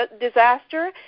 disaster